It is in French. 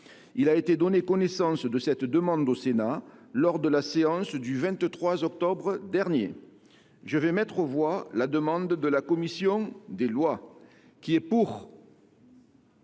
Il a été donné connaissance de cette demande au Sénat lors de la séance du 23 octobre dernier. Je mets aux voix la demande de la commission des lois. En conséquence,